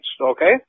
okay